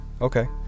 Okay